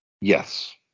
Yes